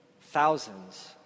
Thousands